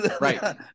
Right